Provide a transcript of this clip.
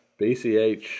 BCH